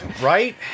right